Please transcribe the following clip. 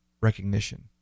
recognition